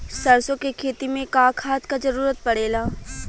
सरसो के खेती में का खाद क जरूरत पड़ेला?